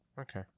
Okay